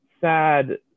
sad